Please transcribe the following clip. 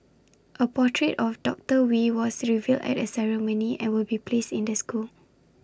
A portrait of doctor wee was revealed at the ceremony and will be placed in the school